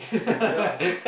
ya